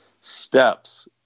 steps